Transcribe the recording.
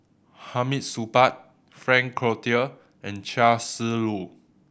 Hamid Supaat Frank Cloutier and Chia Shi Lu